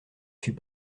suis